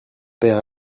pere